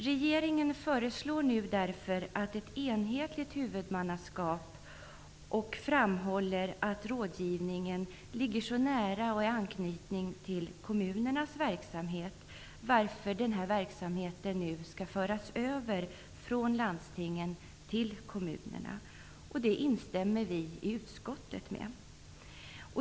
Regeringen föreslår därför ett enhetligt huvudmannaskap och framhåller att rådgivningen ligger nära och i anknytning till kommunernas verksamhet varför denna verksamhet skall föras över från landstingen till kommunerna. Det instämmer utskottet i.